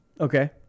Okay